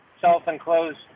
self-enclosed